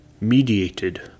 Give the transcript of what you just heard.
Mediated